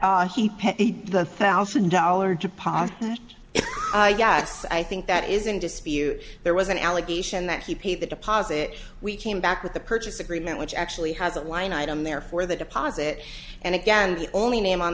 paid the thousand dollar deposit yes i think that is in dispute there was an allegation that he paid the deposit we came back with the purchase agreement which actually has a line item there for the deposit and again the only name on